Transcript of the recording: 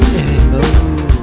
anymore